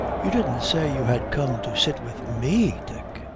you didn't say you had come to sit with me, dick?